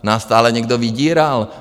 Nás stále někdo vydíral.